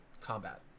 combat